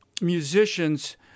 musicians